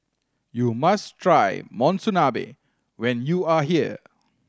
you must try Monsunabe when you are here